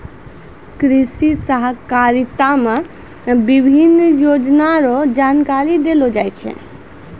कृषि सहकारिता मे विभिन्न योजना रो जानकारी देलो जाय छै